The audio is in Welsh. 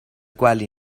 gwely